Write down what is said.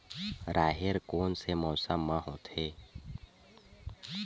राहेर कोन से मौसम म होथे?